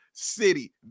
City